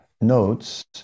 notes